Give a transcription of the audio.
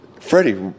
Freddie